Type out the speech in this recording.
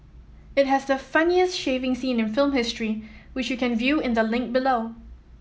it has the funniest shaving scene in film history which you can view in the link below